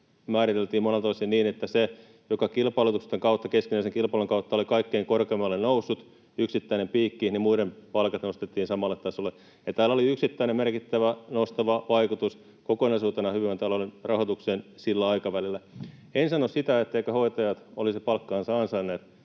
kilpailutusten kautta ja keskinäisen kilpailun kautta oli kaikkein korkeimmalle noussut — yksittäinen piikki — muiden palkat nostettiin samalle tasolle. [Markus Lohi pyytää vastauspuheenvuoroa] Tällä oli yksittäinen merkittävä nostava vaikutus kokonaisuutena hyvinvointialueiden rahoitukseen sillä aikavälillä. En sano sitä, etteivätkö hoitajat olisi palkkaansa ansainneet.